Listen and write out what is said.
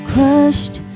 Crushed